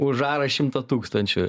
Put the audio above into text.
už arą šimtą tūkstančių